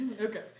Okay